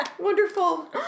Wonderful